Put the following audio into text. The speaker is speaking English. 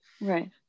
right